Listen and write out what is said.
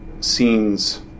scenes